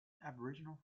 aboriginal